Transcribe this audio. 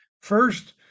First